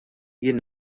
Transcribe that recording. jien